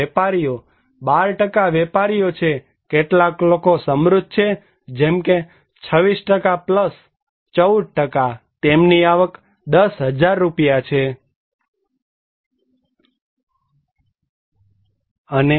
અને વેપારીઓ 12 વેપારીઓ છે કેટલાક લોકો સમૃદ્ધ છે જેમકે 26 14 તેમની આવક 10000 રૂપિયાથી વધુ છે